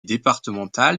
départemental